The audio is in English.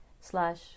slash